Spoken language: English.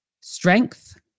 strength